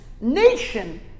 nation